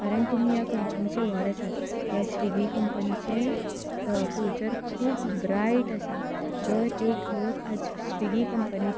कारण तुमी ह्या कंपनीचे व्हड आसात ह्या स्विगी कंपनीचें फ्युचर खूब ब्रायट आसा दर एक लोक आयज स्विगी कंपनीक